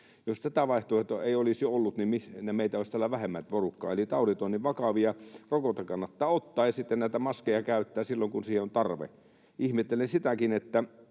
Jos tätä vaihtoehtoa ei olisi ollut, meitä olisi täällä vähemmän porukkaa. Eli taudit ovat niin vakavia, että rokote kannattaa ottaa ja sitten näitä maskeja käyttää silloin kun siihen on tarve. Ihmettelen sitäkin, että